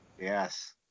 Yes